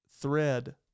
thread